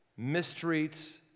mistreats